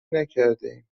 نکردهایم